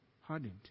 hardened